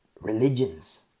religions